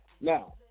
Now